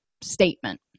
statement